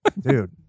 Dude